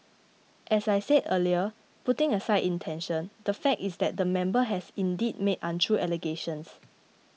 as I said earlier putting aside intention the fact is that the member has indeed made untrue allegations